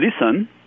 listen